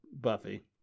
Buffy